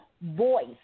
voice